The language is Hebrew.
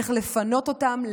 איך לפנות אותם,